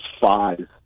five